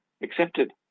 accepted